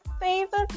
favorite